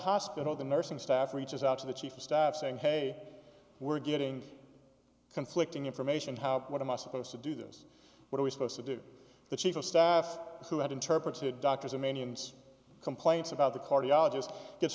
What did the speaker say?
hospital the nursing staff reaches out to the chief of staff saying hey we're getting conflicting information how what am i supposed to do this what are we supposed to do the chief of staff who had interpreted doctors or many complaints about the cardiologist gets